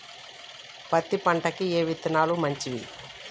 పత్తి పంటకి ఏ విత్తనాలు మంచివి?